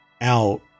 out